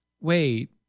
Wait